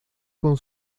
con